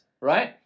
right